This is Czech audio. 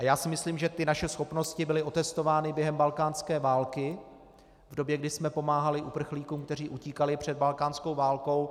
Já si myslím, že naše schopnosti byly otestovány během balkánské války, v době, kdy jsme pomáhali uprchlíkům, kteří utíkali před balkánskou válkou.